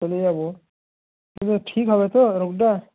চলে যাব কিন্তু ঠিক হবে তো রোগটা